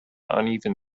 uneven